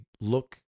look